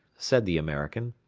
said the american.